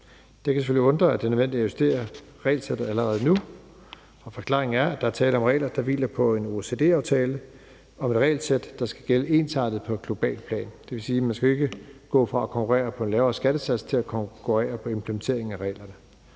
Det kan selvfølgelig undre, at det er nødvendigt at justere regelsættet allerede nu, og forklaringen er, at der er tale om regler, der hviler på en OECD-aftaleom et regelsæt, der skal gælde ensartet på globalt plan. Man skal jo ikke gå fra at konkurrere på en lavere skattesats til at konkurrere på implementeringen af reglerne.